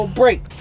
break